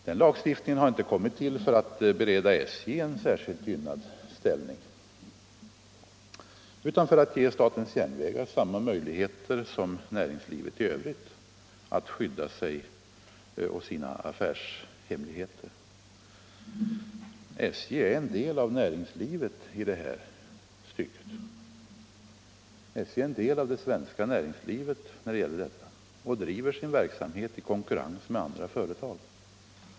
Den lagstiftningen har inte tillkommit för att bereda SJ en särskilt gynnad ställning, utan för att ge statens järnvägar samma möjligheter som näringslivet i övrigt att skydda sig och sina affärshemligheter. SJ är en del av det svenska näringslivet i det här stycket och driver sin verksamhet i konkurrens med andra företag.